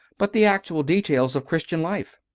but the actual details of christian life.